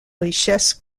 richesse